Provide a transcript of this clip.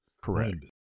Correct